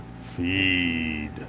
Feed